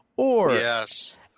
Yes